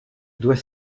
doit